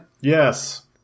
Yes